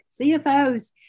CFOs